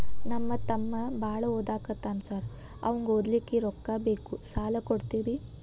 ನಮ್ಮ ತಮ್ಮ ಬಾಳ ಓದಾಕತ್ತನ ಸಾರ್ ಅವಂಗ ಓದ್ಲಿಕ್ಕೆ ರೊಕ್ಕ ಬೇಕು ಸಾಲ ಕೊಡ್ತೇರಿ?